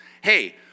hey